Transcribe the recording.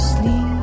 sleep